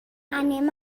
anem